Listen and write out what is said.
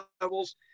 levels